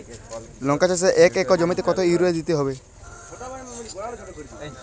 লংকা চাষে এক একর জমিতে কতো ইউরিয়া দিতে হবে?